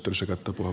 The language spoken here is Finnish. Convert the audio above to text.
olkaa hyvä